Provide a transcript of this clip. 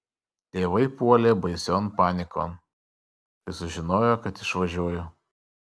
tėvai puolė baision panikon kai sužinojo kad išvažiuoju